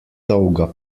dolga